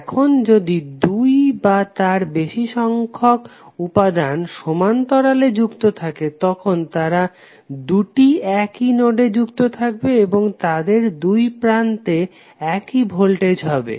এখন যদি দুই বা তার থেকে বেশি সংখ্যক উপাদান সমান্তরালে যুক্ত থাকে তখন তারা দুটি একই নোডে যুক্ত থাকবে এবং তাদের দুইপ্রান্তে একই ভোল্টেজ হবে